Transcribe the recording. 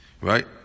Right